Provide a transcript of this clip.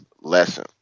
lesson